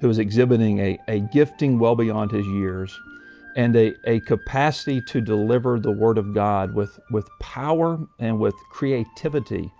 who was exhibiting a a gifting well beyond his years and a a capacity to deliver the word of god with with power and with creativity,